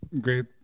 great